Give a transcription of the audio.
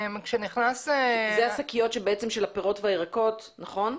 אלה השקיות של הפירות והירקות, נכון?